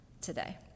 today